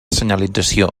senyalització